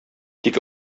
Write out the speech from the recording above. тик